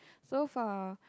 so for